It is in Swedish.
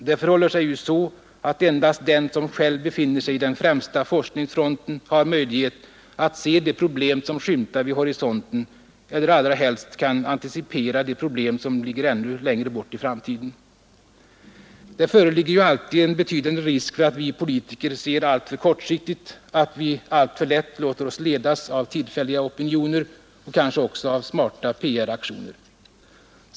Det förhåller sig ju så, att endast den som själv befinner sig på den främsta forskningsfronten har möjlighet att se de problem som skymtar vid horisonten eller allra helst kan antecipera de problem som ligger ännu längre bort i framtiden. Det föreligger ju alltid en betydande risk för att vi politiker ser alltför kortsiktigt, att vi alltför lätt låter oss ledas av tillfälliga opinioner och kanske också av smarta PR-aktioner.